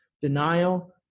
denial